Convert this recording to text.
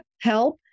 help